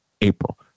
April